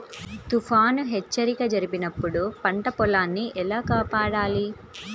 తుఫాను హెచ్చరిక జరిపినప్పుడు పంట పొలాన్ని ఎలా కాపాడాలి?